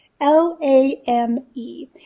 L-A-M-E